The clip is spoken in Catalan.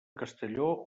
castelló